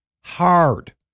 hard